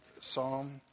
psalm